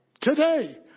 Today